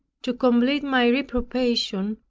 to complete my reprobation,